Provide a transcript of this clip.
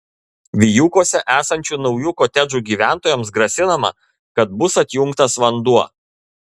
vijūkuose esančių naujų kotedžų gyventojams grasinama kad bus atjungtas vanduo